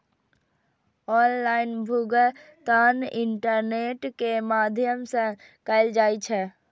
online भुगतान internet के माध्यम सं कैल जाइ छै